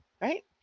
right